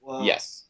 Yes